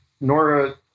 Nora